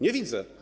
Nie widzę.